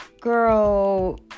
girl